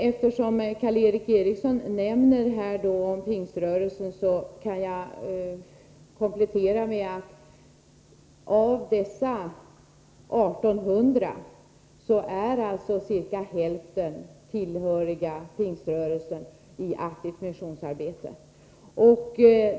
Eftersom Karl Erik Eriksson här nämnde Pingströrelsen kan jag komplettera med att ca hälften av de 1800 i aktivt missionsarbete tillhör Pingströrelsen.